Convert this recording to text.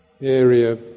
area